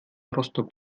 rostock